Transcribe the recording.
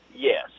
Yes